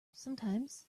sometimes